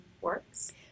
works